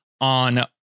on